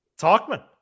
Talkman